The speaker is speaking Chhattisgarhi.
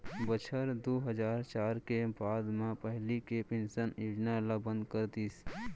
बछर दू हजार चार के बाद म पहिली के पेंसन योजना ल बंद कर दिस